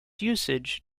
usage